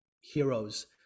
heroes